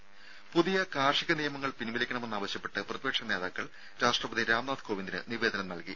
രുര പുതിയ കാർഷിക നിയമങ്ങൾ പിൻവലിക്കണമെന്നാവശ്യപ്പെട്ട് പ്രതിപക്ഷ നേതാക്കൾ രാഷ്ട്രപതി രാംനാഥ് കോവിന്ദിന് നിവേദനം നൽകി